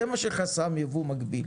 זה מה שחסם ייבוא מקביל